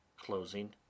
closing